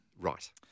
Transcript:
Right